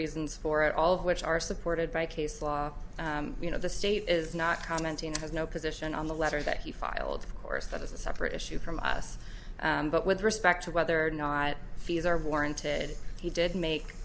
reasons for it all of which are supported by case law you know the state is not commenting and has no position on the letter that he filed for us that is a separate issue from us but with respect to whether or not fees are warranted he did make